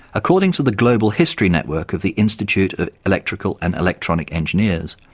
according to the global history network of the institute of electrical and electronic engineers,